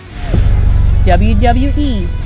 WWE